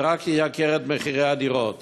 זה רק ייקר את מחירי הדירות.